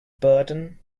burton